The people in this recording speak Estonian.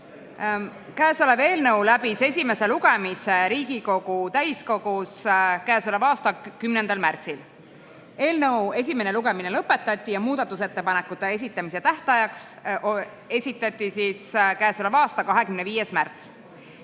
Käesolev eelnõu läbis esimese lugemise Riigikogu täiskogus k.a 10. märtsil. Eelnõu esimene lugemine lõpetati ja muudatusettepanekute esitamise tähtajaks määrati k.a 25. märts.